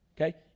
okay